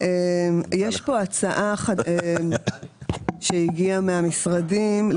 יש פה הצעה שהגיעה מהמשרדים.